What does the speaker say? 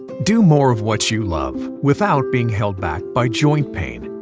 do more of what you love without being held back by joint pain.